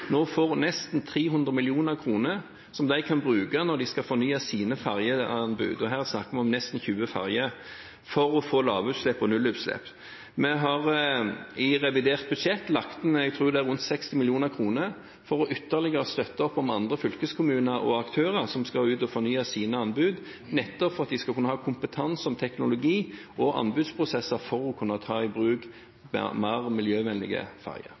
nå får nesten 300 mill. kr som de kan bruke når de skal fornye sine ferjeanbud – her snakker vi om nesten 20 ferjer – for å få lavutslipp og nullutslipp. Vi har i revidert nasjonalbudsjett lagt inn nesten 60 mill. kr – tror jeg det er – for ytterligere å støtte opp om andre fylkeskommuner og aktører som skal ut og fornye sine anbud, nettopp for at de skal kunne ha kompetanse om teknologi og anbudsprosesser for å ta i bruk mer miljøvennlige ferjer.